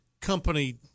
company